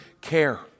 care